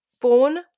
born